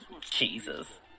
Jesus